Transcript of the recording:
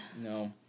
No